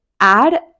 add